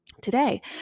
today